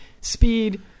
speed